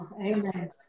Amen